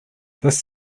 this